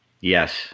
Yes